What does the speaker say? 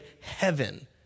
heaven